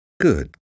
Good